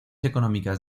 económicas